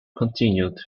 continued